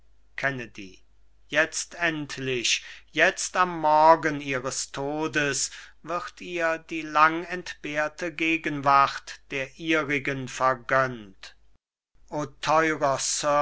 jetzt endlich jetzt am morgen ihres todes wird ihr die langentbehrte gegenwart der ihrigen vergönnt